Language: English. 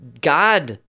god